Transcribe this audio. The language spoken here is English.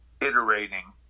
iterating